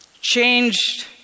changed